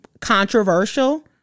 controversial